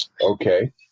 Okay